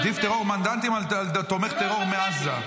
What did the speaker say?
עדיף טרור מנדטים על תומך טרור מעזה.